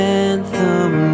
anthem